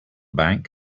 bank